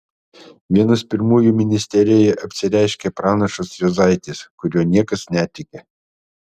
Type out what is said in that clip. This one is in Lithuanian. vienas pirmųjų ministerijoje apsireiškia pranašas juozaitis kuriuo niekas netiki